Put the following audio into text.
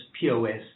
POS